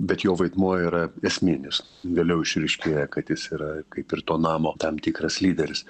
bet jo vaidmuo yra esminis vėliau išryškėja kad jis yra kaip ir to namo tam tikras lyderis